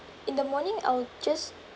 in the morning I'll just